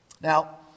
Now